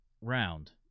Round